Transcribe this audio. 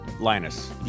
Linus